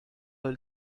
del